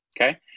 okay